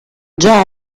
già